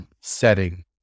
setting